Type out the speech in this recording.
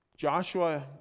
Joshua